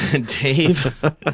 Dave